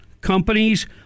companies